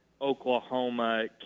Oklahoma